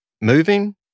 Moving